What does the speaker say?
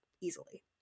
easily